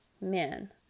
men